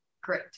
Great